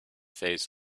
phase